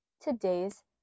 today's